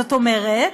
זאת אומרת,